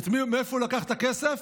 מאיפה הוא לקח את הכסף?